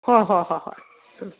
ꯍꯣꯏ ꯍꯣꯏ ꯍꯣꯏ ꯍꯣꯏ ꯎꯝ